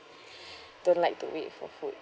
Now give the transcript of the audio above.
don't like to wait for food